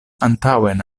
antaŭen